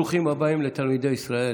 ברוכים הבאים לתלמידי ישראל,